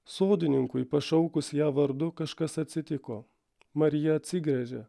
sodininkui pašaukus ją vardu kažkas atsitiko marija atsigręžė